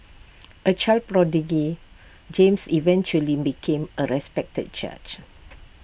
A child prodigy James eventually became A respected judge